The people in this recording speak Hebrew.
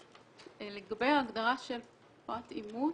לגבי ההגדרה של פרט אימות